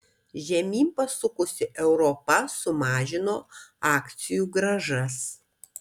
žemyn pasukusi europa sumažino akcijų grąžas